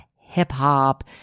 hip-hop